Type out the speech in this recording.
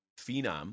phenom